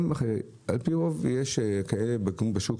על-פי רוב יש כאלה בשוק,